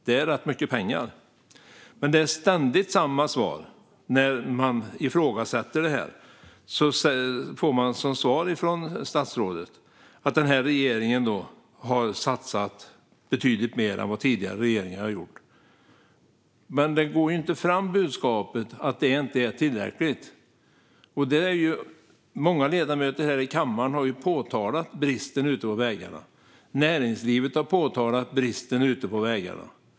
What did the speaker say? Det är rätt mycket pengar. Det är ständigt samma svar. När man ifrågasätter detta får man som svar från statsrådet att denna regering har satsat betydligt mer än vad tidigare regeringar har gjort. Men budskapet, att det inte är tillräckligt, går inte fram. Det är många ledamöter här i kammaren som har påtalat bristen ute på vägarna. Näringslivet har påtalat bristen ute på vägarna.